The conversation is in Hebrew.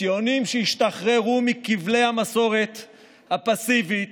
ציונים שהשתחררו מכבלי המסורת הפסיבית,